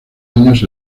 años